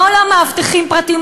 לא למאבטחים פרטיים,